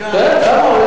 3,000 שקל.